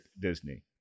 Disney